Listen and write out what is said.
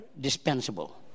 dispensable